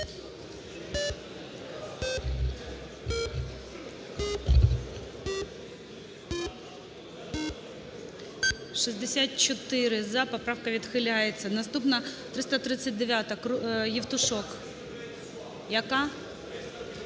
За-64 Поправка відхиляється. Наступна 339-а, Євтушок. Яка?